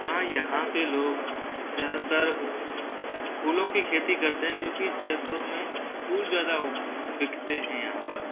हाँ यहाँ के लोग ज़्यादातर फूलों की खेती करते हैं क्योंकि जयपुर में फूल ज़्यादा उग बिकते हैं यहाँ पर